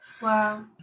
Wow